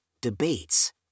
debates